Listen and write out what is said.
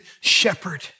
shepherd